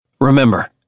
Remember